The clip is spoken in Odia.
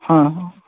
ହଁ ହଁ